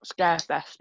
Scarefest